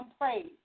praise